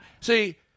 see